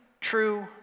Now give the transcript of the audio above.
true